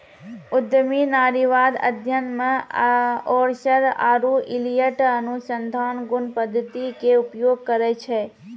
उद्यमी नारीवाद अध्ययन मे ओरसर आरु इलियट अनुसंधान गुण पद्धति के उपयोग करै छै